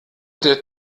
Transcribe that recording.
der